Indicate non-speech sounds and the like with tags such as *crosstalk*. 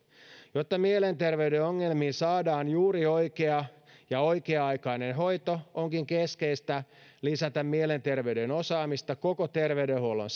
jotta mielenterveyden ongelmiin saadaan juuri oikea ja oikea aikainen hoito onkin keskeistä lisätä mielenterveyden osaamista koko terveydenhuollon *unintelligible*